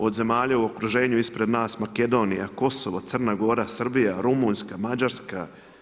Od zemalja u okruženju ispred nas Makedonija, Kosovo, Crna Gora, Srbija, Rumunjska, Mađarska.